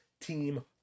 team